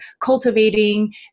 cultivating